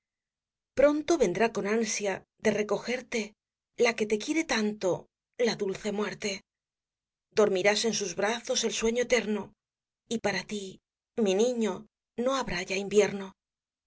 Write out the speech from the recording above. pronto vendrá con ansia de recojerte la que te quiere tanto la dulce muerte dormirás en sus brazos el sueño eterno y para tí mi niño no habrá ya invierno